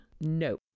no